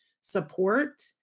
support